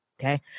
Okay